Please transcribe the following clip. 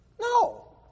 No